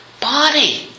body